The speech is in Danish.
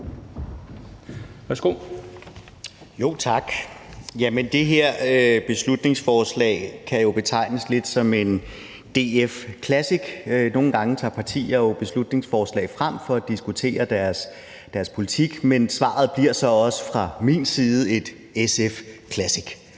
(SF): Tak. Det her beslutningsforslag kan jo betegnes lidt som DF classic. Nogle gange fremsætter partier jo beslutningsforslag for at diskutere deres politik, men svaret bliver fra min side så også SF classic,